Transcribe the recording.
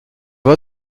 voie